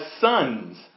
sons